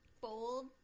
Bold